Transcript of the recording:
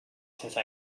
since